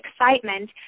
excitement